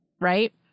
Right